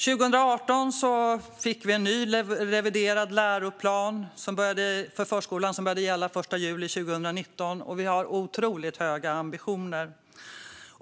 År 2018 fick vi en ny reviderad läroplan för förskolan som började gälla den 1 juli 2019, och vi har otroligt höga ambitioner.